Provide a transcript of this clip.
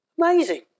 Amazing